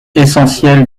essentiel